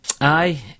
Aye